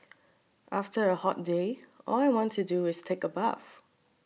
after a hot day all I want to do is take a bath